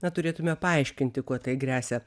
na turėtume paaiškinti kuo tai gresia